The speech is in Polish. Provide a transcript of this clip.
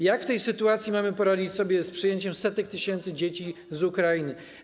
Jak w tej sytuacji mamy poradzić sobie z przyjęciem setek tysięcy dzieci z Ukrainy?